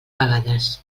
vegades